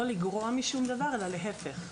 לא לגרוע משום דבר אלא להפך,